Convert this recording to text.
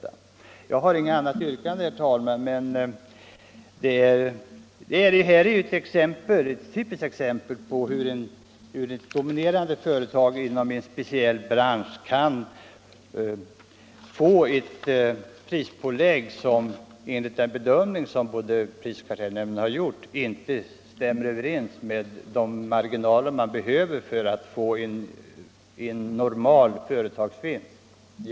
Onsdagen den Detta är ett typiskt exempel på hur företag som dominerar inom en 26 februari 1975 speciell bransch kan ta ut priser som enligt prisoch kartellnämndens bedömning inte håller sig inom de marginaler som företaget behöver = Produktion av för att få en normal företagsvinst. billigare menstrua Herr talman!